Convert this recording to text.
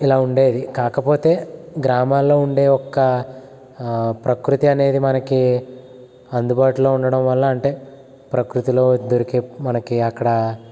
ఇలా ఉండేది కాకపోతే గ్రామాలలో ఉండే ఒక్క ప్రకృతి అనేది మనకి అందుబాటులో ఉండడం వల్ల అంటే ప్రకృతిలో దొరికే మనకి అక్కడ